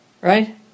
right